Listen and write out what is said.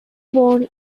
born